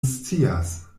scias